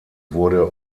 wurde